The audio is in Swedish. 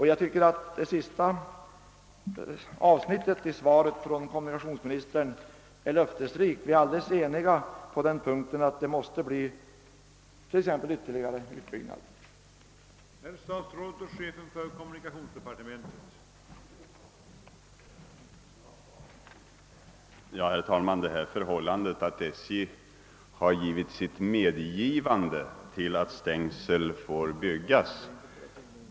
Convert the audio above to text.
Jag tycker att det sista avsnittet i kommunikationsministerns svar är löftesrikt. Vi är fullständigt eniga på t.ex. den punkten, att en ytterligare utbyggnad av renstängslen krävs.